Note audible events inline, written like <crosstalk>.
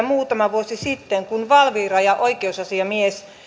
<unintelligible> muutama vuosi sitten kun valvira ja oikeusasiamies